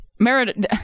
Meredith